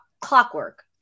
clockwork